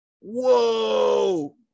whoa